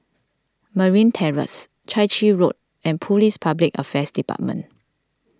Merryn Terrace Chai Chee Road and Police Public Affairs Department